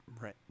right